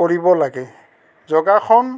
কৰিব লাগে যোগাসন